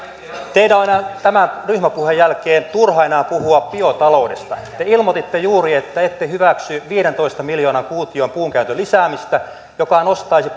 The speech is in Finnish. teidän on tämän ryhmäpuheen jälkeen turha enää puhua biotaloudesta te ilmoititte juuri että ette hyväksy viidentoista miljoonan kuution puunkäytön lisäämistä joka nostaisi